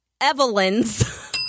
Evelyn's